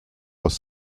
aus